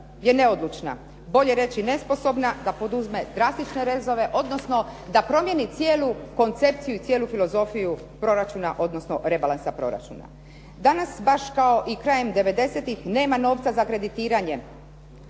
je neodlučna, bolje reći nesposobna da poduzme drastične rezove odnosno da promijeni cijelu koncepciju i cijelu filozofiju proračuna odnosno rebalansa proračuna. Danas baš kao i krajem devedesetih nema novca za kreditiranje,